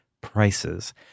prices